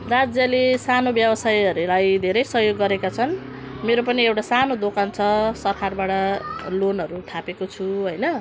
राज्यले सानो व्यवसायहरूलाई धेरै सहयोग गरेका छन् मेरो पनि एउटा सानो दोकान छ सरकारबाट लोनहरू थापेको छु होइन